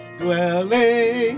dwelling